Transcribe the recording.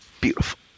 Beautiful